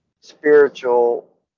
spiritual